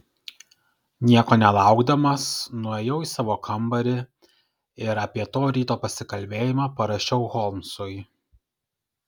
nieko nelaukdamas nuėjau į savo kambarį ir apie to ryto pasikalbėjimą parašiau holmsui